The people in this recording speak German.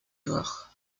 durch